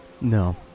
No